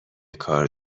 کار